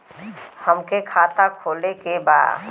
हमके खाता खोले के बा?